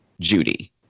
Judy